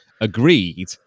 agreed